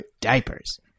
Diapers